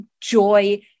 joy